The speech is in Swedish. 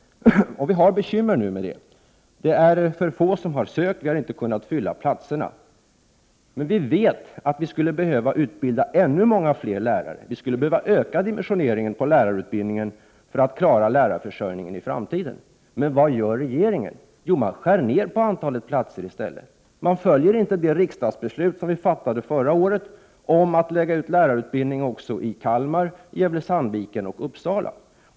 Vi har bekymmer nu med det. Det är för få som har sökt, och vi har inte kunnat fylla platserna. Vi vet att vi skulle behöva utbilda ännu fler lärare. Vi skulle behöva öka dimensioneringen på lärarutbildningen för att klara lärarförsörjningen i framtiden. Men vad gör regeringen? Jo, man skär ner på antalet platser i stället. Man följer inte de riksdagsbeslut som fattades under förra året om att lägga ut lärarutbildning även i Kalmar, Gävle/Sandviken och Uppsala.